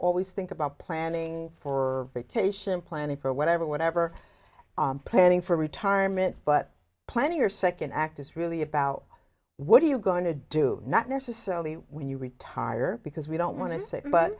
always think about planning for vacation planning for whatever whatever planning for retirement but planning your second act is really about what are you going to do not necessarily when you retire because we don't want to say but